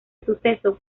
suceso